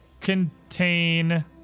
contain